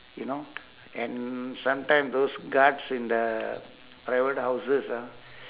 you know and sometime those guards in the private houses ah